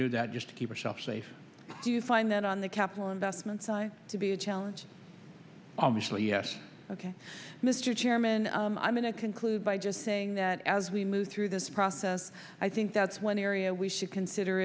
do that just to keep yourself safe you find that on the capital investments i to be a challenge obviously yes ok mr chairman i'm going to conclude by just saying that as we move through this process i think that's one area we should consider